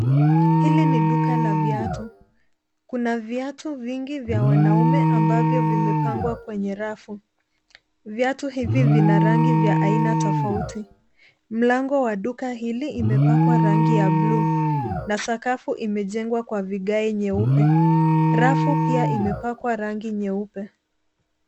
Hili ni duka la viatu. Kuna viatu vingi vya wanaume ambavyo vimepangwa kwenye rafu. Viatu hivi vina rangi vya aina tofauti. Mlango wa duka hili imepakwa rangi ya blue na sakafu imejengwa kwa vigae nyeupe. Rafu pia imepakwa rangi nyeupe.